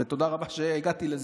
ותודה רבה שהגעתי לזה,